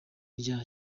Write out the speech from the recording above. rya